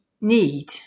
need